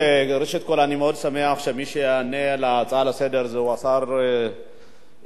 אני מאוד שמח שמי שיענה על ההצעה לסדר-היום הוא השר בני בגין,